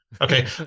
Okay